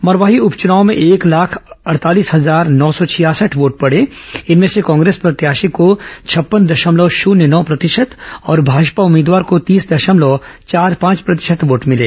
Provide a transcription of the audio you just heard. मरवाही उपचुनाव में कुल एक लाख अड़तालीस हजार नौ सौ छियासठ वोट पड़े इनमें से कांग्रेस प्रत्याशी को छप्पन दशमलव शून्य नौ प्रतिशत और भाजपा उम्मीदवार को तीस दशमलव चार पांच प्रतिशत वोट मिले